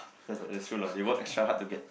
that's true lah they work extra hard to get